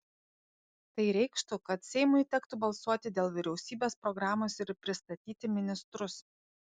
tai reikštų kad seimui tektų balsuoti dėl vyriausybės programos ir pristatyti ministrus